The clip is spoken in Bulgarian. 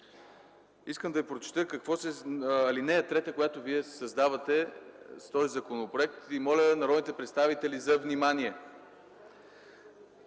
искам да Ви прочета ал. 3, която Вие създавате с този законопроект. Моля народните представители за внимание.